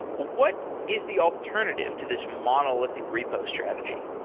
what is the alternative to this monolithic repo strategy?